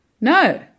No